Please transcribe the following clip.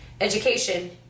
education